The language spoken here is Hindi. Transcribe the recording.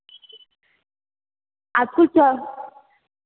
आपको चॉक